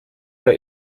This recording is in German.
der